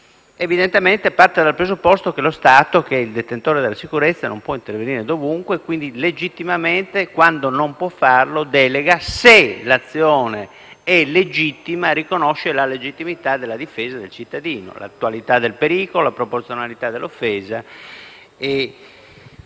evidentemente parte dal presupposto che lo Stato, che è il detentore della sicurezza, non può intervenire dovunque. Quindi, legittimamente, quando non può farlo delega e, se l'azione è legittima, riconosce la legittimità della difesa del cittadino: l'attualità del pericolo, la proporzionalità dell'offesa